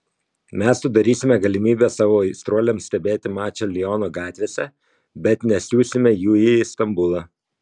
mes sudarysime galimybę savo aistruoliams stebėti mačą liono gatvėse bet nesiųsime jų į stambulą